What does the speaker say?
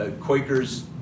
Quakers